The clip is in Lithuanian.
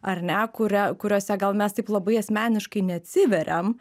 ar ne kuria kuriose gal mes taip labai asmeniškai neatsiveriam